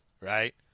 right